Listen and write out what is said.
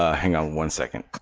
ah one second